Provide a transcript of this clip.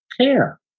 care